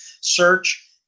search